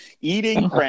Eating